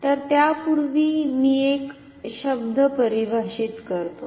तर त्यापूर्वी मी एक शब्द परिभाषित करतो